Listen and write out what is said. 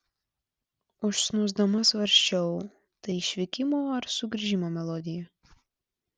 užsnūsdama svarsčiau tai išvykimo ar sugrįžimo melodija